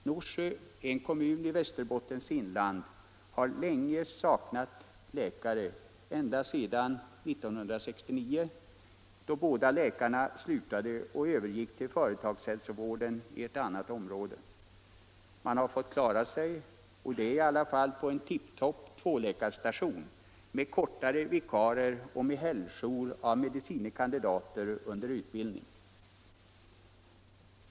Norsjö, en kommun i Västerbottens inland, har länge saknat läkare — ända sedan 1969, då båda läkarna slutade och övergick till företagshälsovården i ett annat område. Man har fått klara sig — det är ändå på en tip-top tvåläkarstation — med kortare vikariat och med helgjour av medicine kandidater under utbildning.